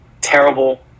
terrible